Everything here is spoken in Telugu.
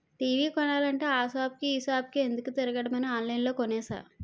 టీ.వి కొనాలంటే ఆ సాపుకి ఈ సాపుకి ఎందుకే తిరగడమని ఆన్లైన్లో కొనేసా